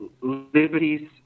liberties